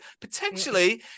Potentially